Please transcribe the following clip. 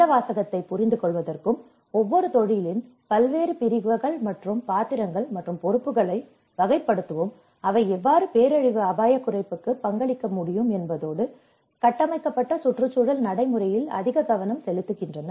இந்த வாசகத்தை புரிந்துகொள்வதற்கும் ஒவ்வொரு தொழிலின் பல்வேறு பிரிவுகள் மற்றும் பாத்திரங்கள் மற்றும் பொறுப்புகளை வகைப்படுத்தவும் அவை எவ்வாறு பேரழிவு அபாய குறைப்புக்கு பங்களிக்க முடியும் என்பதோடு கட்டமைக்கப்பட்ட சுற்றுச்சூழல் நடைமுறையில் அதிக கவனம் செலுத்துகின்றன